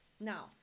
Now